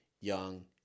young